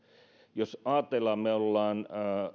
jos ajatellaan niin me olemme